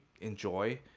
enjoy